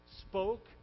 spoke